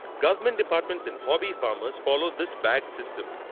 government departments and hobby farmers follow this bag system.